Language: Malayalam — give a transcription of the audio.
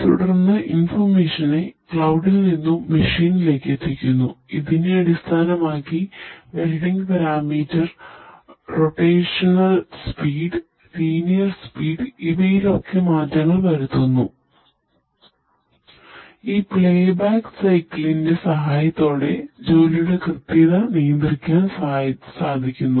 തുടർന്ന് ഇൻഫൊർമേഷനെ സഹായത്തോടെ ജോലിയുടെ കൃത്യത നിയന്ത്രിക്കാൻ സാധിക്കുന്നു